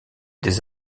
des